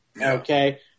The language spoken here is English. okay